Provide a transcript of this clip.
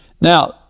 Now